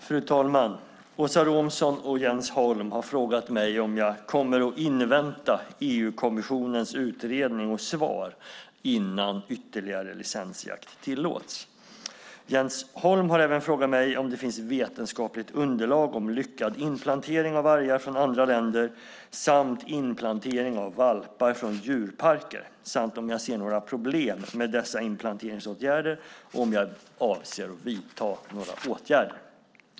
Fru talman! Åsa Romson och Jens Holm har frågat mig om jag kommer att invänta EU-kommissionens utredning och svar innan ytterligare licensjakt tillåts. Jens Holm har även frågat mig om det finns vetenskapligt underlag om lyckad inplantering av vargar från andra länder och inplantering av valpar från djurparker samt om jag ser några problem med dessa inplanteringsåtgärder och om jag avser att vidta några åtgärder.